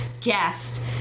guest